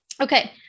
Okay